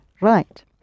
Right